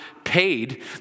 Paid